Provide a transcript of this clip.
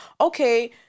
okay